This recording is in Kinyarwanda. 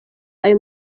ayo